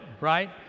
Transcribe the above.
Right